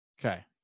Okay